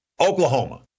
Oklahoma